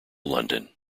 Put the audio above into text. london